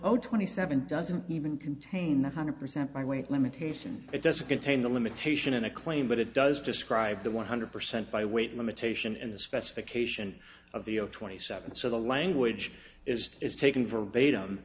oh twenty seven doesn't even contain one hundred percent by weight limitation it doesn't contain the limitation in a claim but it does describe the one hundred percent by weight limitation in the specification of the zero twenty seven so the language is is taken verbatim